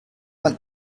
man